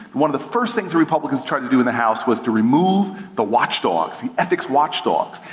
one of the first things the republicans tried to do in the house was to remove the watchdogs, the ethics watchdogs.